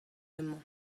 emañ